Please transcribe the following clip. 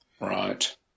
Right